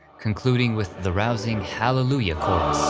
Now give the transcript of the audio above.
concluding with the rousing hallelujah chorus.